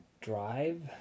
Drive